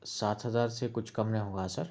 سات ہزار سے کچھ کم نہیں ہوگا سر